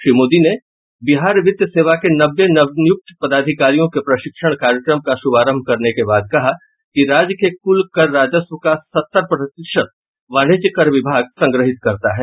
श्री मोदी ने बिहार वित्त सेवा के नब्बे नवनियुक्त पदाधिकारियों के प्रशिक्षण कार्यक्रम का शुभारंभ करने के बाद कहा कि राज्य के कुल कर राजस्व का सत्तर प्रतिशत वाणिज्य कर विभाग संग्रहित करता है